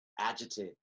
adjective